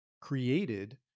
created